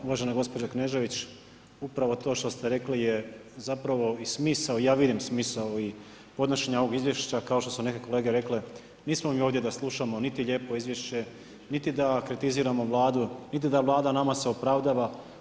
Uvažena gospođo Knežević, upravo to što ste rekli je zapravo i smisao i ja vidimo smisao i podnošenja ovog Izvješća, kao što su neke kolege rekle nismo mi ovdje da slušamo niti lijepo izvješće niti da kritiziramo Vladu, niti da Vlada nama se opravdava.